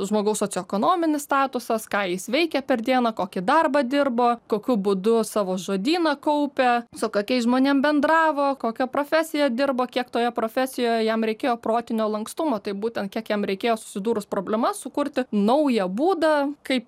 žmogaus socioekonominis statusas ką jis veikė per dieną kokį darbą dirbo kokiu būdu savo žodyną kaupė su kokiais žmonėms bendravo kokią profesiją dirbo kiek toje profesijoje jam reikėjo protinio lankstumo tai būtent kiek jam reikėjo susidūrus problema sukurti naują būdą kaip